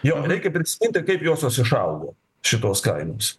jo reikia prisiminti kaip josios išaugo šitos kainos